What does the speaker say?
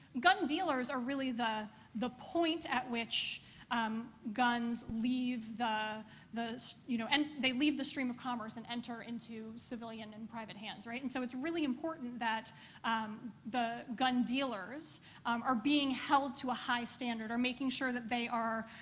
gun dealers are really the point point at which um guns leave the the you know and they leave the stream of commerce and enter into civilian and private hands, right? and so it's really important that um the gun dealers are being held to a high standard, are making sure that they are